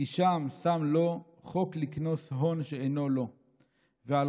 / כי שם שָׂם לו / חוק לכנוס הון שאינו לו / ועל